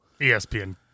ESPN